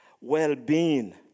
well-being